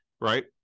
Right